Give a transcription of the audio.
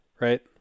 right